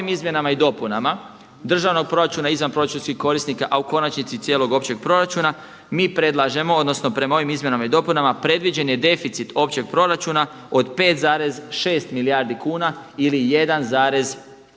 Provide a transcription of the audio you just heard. Sa ovim izmjenama i dopunama državnog proračuna izvanproračunskih korisnika, a u konačnici i cijelog općeg proračuna mi predlažemo odnosno prema ovim izmjenama i dopunama predviđeni deficit općeg proračuna od 5,6 milijardi kuna ili 1,6% BDP-a